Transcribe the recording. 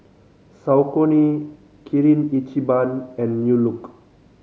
Saucony Kirin Ichiban and New Look